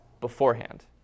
beforehand